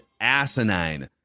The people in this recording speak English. asinine